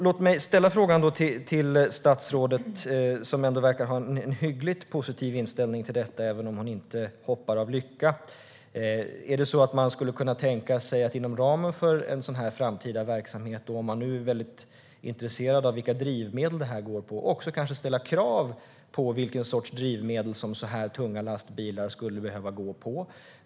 Låt mig ställa frågan till statsrådet, som ändå verkar ha en hyggligt positiv inställning till detta, även om hon inte hoppar av lycka: Skulle man kunna tänka sig att inom ramen för en sådan här framtida verksamhet, om man nu är intresserad av vilka drivmedel fordonen går på, också ställa krav på vilken sorts drivmedel sådana här tunga lastbilar skulle behöva gå på?